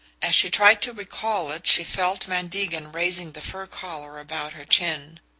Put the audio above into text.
as she tried to recall it she felt van degen raising the fur collar about her chin.